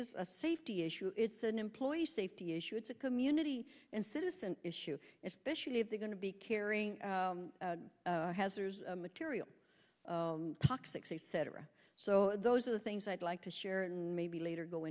is a safety issue it's an employee safety issue it's a community and citizen issue especially if they're going to be carrying hazardous materials toxic cetera so those are the things i'd like to share and maybe later go